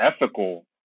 ethical